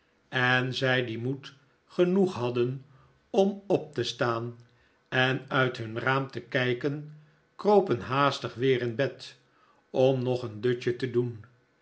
en zij die moed genoeg hadden om op te staan en uit hun raam te kijken kropen haastig weer in bed om nog een dutje te doen